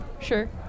Sure